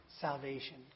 salvation